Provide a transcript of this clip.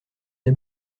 des